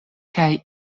kaj